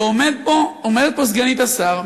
ועומדת פה סגנית השר,